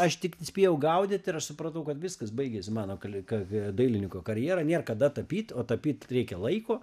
aš tik spėjau gaudyt ir aš supratau kad viskas baigėsi mano kali ka dailininko karjera nėr kada tapyt o tapyt reikia laiko